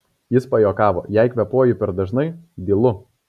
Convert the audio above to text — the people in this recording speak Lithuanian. jis pajuokavo jei kvėpuoju per dažnai dylu